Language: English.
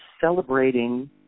celebrating